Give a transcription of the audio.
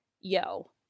yo